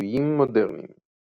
ניסויים מודרניים